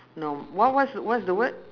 no what what's what's the word